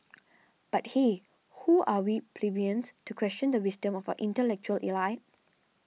but hey who are we plebeians to question the wisdom of our intellectual elite